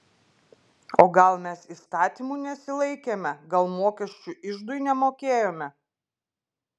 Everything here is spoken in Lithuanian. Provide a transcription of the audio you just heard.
o gal mes įstatymų nesilaikėme gal mokesčių iždui nemokėjome